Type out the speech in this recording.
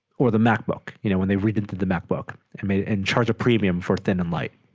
or the macbook you know when they read into the macbook it may in charge a premium for thin and light